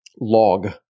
log